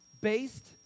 based